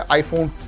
iPhone